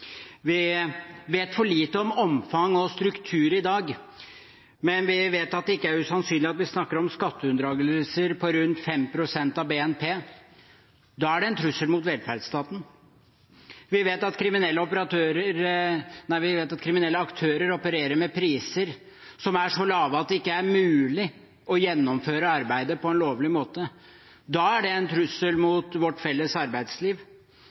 Vi vet for lite om omfang og struktur i dag. Men vi vet at det ikke er usannsynlig at vi snakker om skatteunndragelse på omkring 5 pst. av BNP. Da er det en trussel mot velferdsstaten. Vi vet at kriminelle aktører opererer med priser som er så lave at det ikke er mulig å gjennomføre arbeidet på lovlig måte. Da er det en trussel mot vårt felles arbeidsliv.